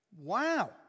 Wow